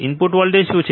input voltage શું છે